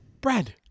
Bread